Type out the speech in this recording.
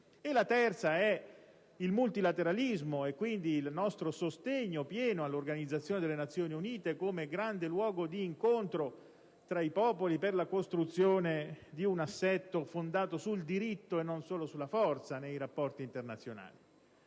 caposaldo è il multilateralismo, e quindi il nostro pieno sostegno alle organizzazioni delle Nazioni Unite come grande luogo di incontro tra i popoli, per la costruzione di un assetto fondato sul diritto e non solo sulla forza nei rapporti internazionali.